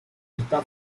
está